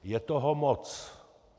Je toho moc.